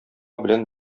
белән